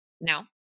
Now